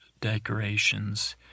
decorations